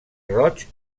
roig